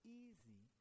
easy